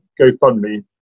GoFundMe